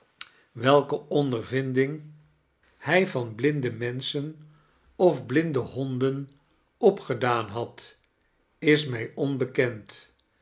welke ondervinding hij van i blinde menschen of blinde honden opgedaan had is mij onbekend